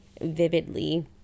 vividly